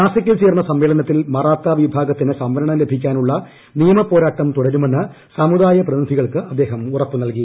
നാസികിൽ ചേർന്ന സമ്മേളനത്തിൽ മറാത്ത വിഭാഗത്തിന് സംവരണം ലഭിക്കാനുള്ള നിയമപോരാട്ടം തുടരുമെന്ന് സമുദായ പ്രതിനിധികൾക്ക് അദ്ദേഹം ഉറപ്പു നൽകി